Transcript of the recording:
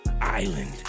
Island